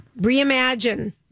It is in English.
reimagine